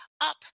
up